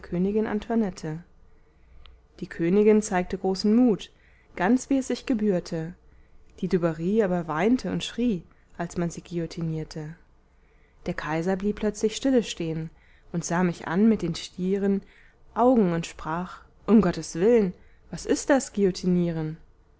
antoinette die königin zeigte großen mut ganz wie es sich gebührte die dubarry aber weinte und schrie als man sie guillotinierte der kaiser blieb plötzlich stillestehn und sah mich an mit den stieren augen und sprach um gottes will'n was ist das